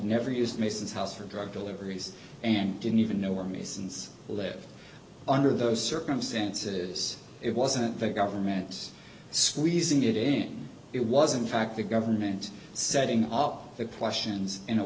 never used mason's house for drug deliveries and didn't even know where masons lived under those circumstances it wasn't the government's squeezing it in it wasn't fact the government setting up the questions in a